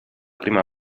prima